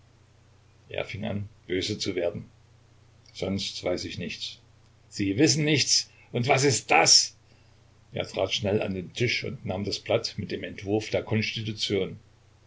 er fing an böse zu werden sonst weiß ich nichts sie wissen nichts und was ist das er trat schnell an den tisch und nahm das blatt mit dem entwurf der konstitution